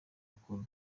akora